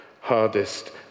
hardest